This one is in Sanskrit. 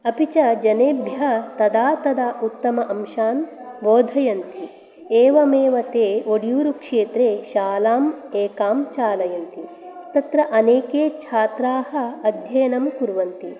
अपि च जनेभ्य तदा तदा उत्तम अंशान् बोधयन्ति एवमेव ते वोडियूरु क्षेत्रे शालाम् एकां चालयन्ति तत्र अनेके छात्रा अध्ययनं कुर्वन्ति